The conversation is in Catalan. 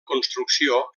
construcció